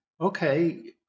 okay